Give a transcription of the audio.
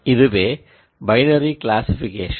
இதுவே binary classification